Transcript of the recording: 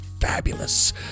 fabulous